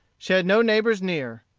she had no neighbors near.